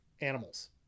animals